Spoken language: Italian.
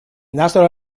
nastro